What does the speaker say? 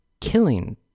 killing